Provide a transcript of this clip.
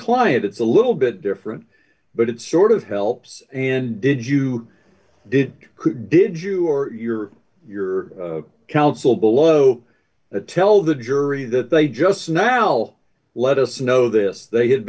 client it's a little bit different but it sort of helps and did you did who did you or your your counsel below the tell the jury that they just now let us know this they had